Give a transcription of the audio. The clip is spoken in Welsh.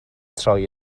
troi